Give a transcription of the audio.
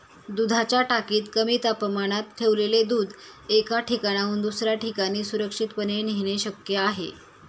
दुधाच्या टाकीत कमी तापमानात ठेवलेले दूध एका ठिकाणाहून दुसऱ्या ठिकाणी सुरक्षितपणे नेणे शक्य आहे